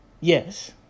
Yes